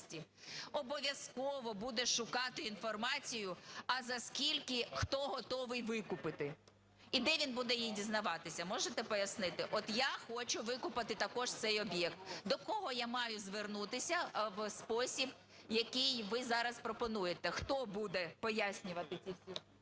обов'язково буде шукати інформацію, а за скільки, хто готовий викупити. І де він буде її дізнаватися, можете пояснити? От я хочу викупити також цей об'єкт. До кого я маю звернутися в спосіб, який ви зараз пропонуєте? Хто буде пояснювати ті всі